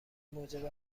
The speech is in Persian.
موجب